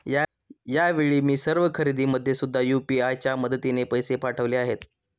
यावेळी मी सर्व खरेदीमध्ये सुद्धा यू.पी.आय च्या मदतीने पैसे पाठवले आहेत